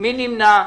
מי נמנע?